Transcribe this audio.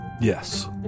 Yes